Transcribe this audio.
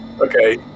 Okay